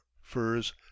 furs